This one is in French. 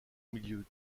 milieu